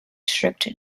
strict